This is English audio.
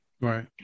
Right